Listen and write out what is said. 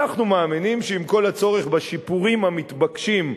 אנחנו מאמינים שעם כל הצורך בשיפורים המתבקשים,